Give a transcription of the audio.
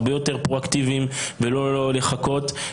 הרבה יותר פרואקטיביים ולא לחכות.